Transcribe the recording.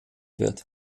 wird